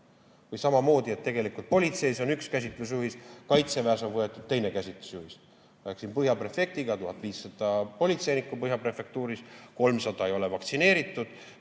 Või samamoodi, et tegelikult politseis on üks käsitlusjuhis, kaitseväes on võetud teine käsitlusjuhis. Rääkisin Põhja prefektiga. 1500 politseinikku on Põhja prefektuuris, 300 ei ole vaktsineeritud.